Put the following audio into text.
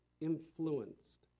influenced